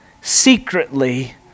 secretly